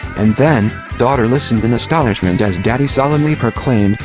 and then, daughter listened in astonishment as daddy solemnly proclaimed,